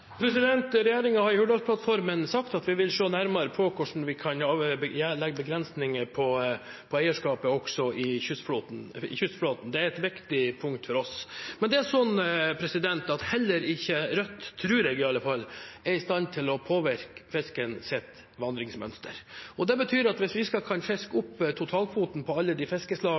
har i Hurdalsplattformen sagt at vi vil se nærmere på hvordan vi kan legge begrensninger på eierskapet også i kystflåten. Det er et viktig punkt for oss. Men heller ikke Rødt – tror jeg i alle fall – er i stand til å påvirke fiskens vandringsmønster. Det betyr at hvis vi skal kunne fiske opp totalkvoten på alle de